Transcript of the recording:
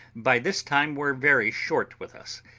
by this time were very short with us.